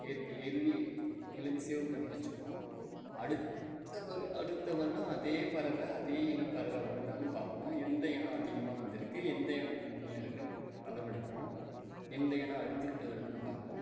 ஏத்தி எழுதி எழுதி சேவ் பண்ணி வச்சுப்போம் அடுத்த வரு அடுத்த வருடம் அதே பறவை அதே இன பறவை வருதான்னு பார்ப்போம் எந்த இனம் அதிகமாக வந்திருக்கு எந்த இனம் கம்மியாக இருக்குதுன்னு அளவெடுப்போம் எந்த இனம் அழிஞ்சுக்கிட்டு வருதுன்னு பார்ப்போம்